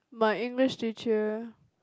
my English teacher